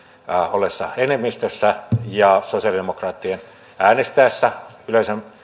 ollessa enemmistössä ja sosiaalidemokraattien äänestäessä yleisen